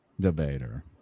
debater